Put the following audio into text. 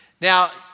Now